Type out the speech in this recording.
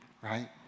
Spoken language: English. right